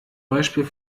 beispiel